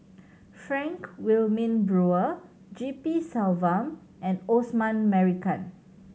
Frank Wilmin Brewer G P Selvam and Osman Merican